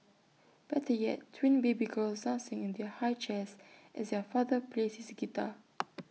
better yet twin baby girls dancing in their high chairs as their father plays his guitar